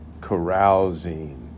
carousing